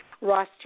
Ross